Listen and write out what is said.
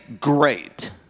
great